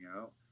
out